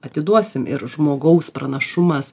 atiduosim ir žmogaus pranašumas